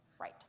right